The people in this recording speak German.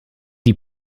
die